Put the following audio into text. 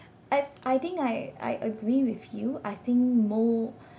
as I think I I agree with you I think mo~